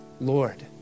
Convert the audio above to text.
Lord